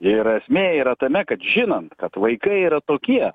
ir esmė yra tame kad žinant kad vaikai yra tokie